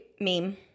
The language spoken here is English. meme